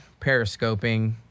periscoping